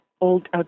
old